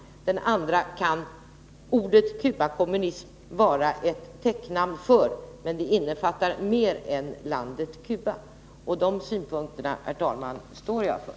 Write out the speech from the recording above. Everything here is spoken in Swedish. För den andra kan ordet Cubakommunism vara ett täcknamn, men det innefattar mer än landet Cuba. De synpunkterna, herr talman, står jag för.